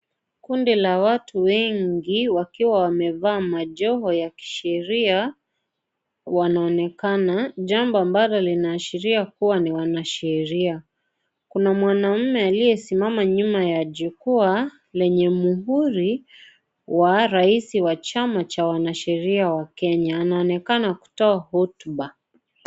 Kundi la watu wengi, wakiwa wamevaa majoho ya kisheria, wanaonekana. Jambo ambalo linaashiria kuwa ni wanasheria. Kuna mwanaume aliyesimama nyuma ya jukwaa, lenye muhuri wa raisi wa chama cha wanasheria wa Kenya anaonekana kutoa hotuba.